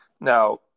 Now